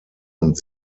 und